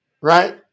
right